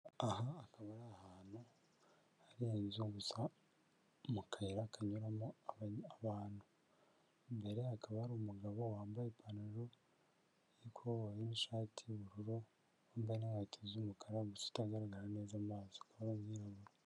Aha akaba ari ahantu harenze inzu mu kayira kanyuramo abantu, imbere hakaba ari umugabo wambaye ipantaro ykowe n'ishati y'ubururu hamwembaye n'inkweto z'umukara mu zitagaragara neza amaso akaba yirabura.